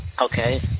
Okay